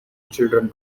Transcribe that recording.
children